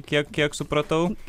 kiek kiek supratau